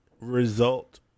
Result